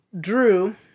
Drew